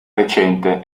recente